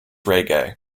reggae